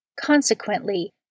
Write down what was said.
Consequently